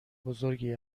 بزرگی